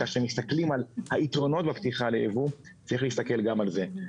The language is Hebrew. כאשר מסתכלים על היתרונות בפתיחה ליבוא צריך להסתכל גם על זה.